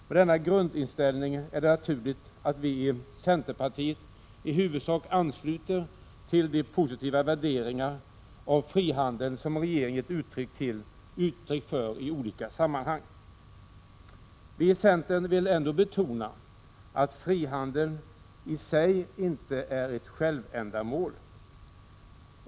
Med denna grundinställning är det naturligt att vi i centerpartiet i huvudsak ansluter till de positiva värderingar av frihandeln som regeringen gett uttryck för i olika sammanhang. Vi i centern vill ändå betona att frihandeln i sig inte är ett självändamål.